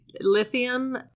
lithium